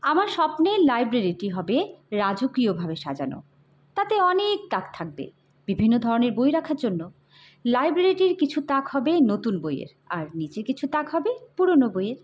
আমার স্বপ্নের লাইব্রেরিটি হবে রাজকীয়ভাবে সাজানো তাতে অনেক তাক থাকবে বিভিন্ন ধরনের বই রাখার জন্য লাইব্রেরিটির কিছু তাক হবে নতুন বইয়ের আর নিচে কিছু তাক হবে পুরনো বইয়ের